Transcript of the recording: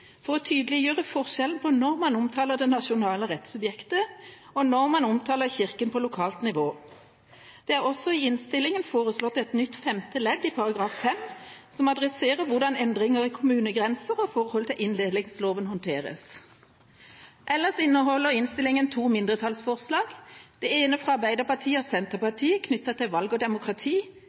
for å tydeliggjøre forskjellen på når man omtaler det nasjonale rettssubjektet, og når man omtaler Kirken på lokalt nivå. Det er også i innstillingen foreslått et nytt femte ledd i § 5, som adresserer hvordan endringer i kommunegrenser og forholdet til inndelingsloven håndteres. Ellers inneholder innstillingen to mindretallsforslag. Det ene er fra Arbeiderpartiet og Senterpartiet knyttet til valg og demokrati.